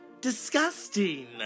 disgusting